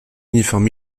uniforme